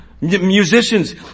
Musicians